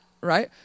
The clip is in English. right